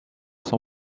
son